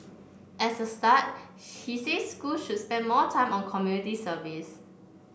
as a start he says schools should spend more time on community service